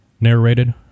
narrated